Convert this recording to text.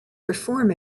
perform